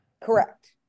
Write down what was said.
Correct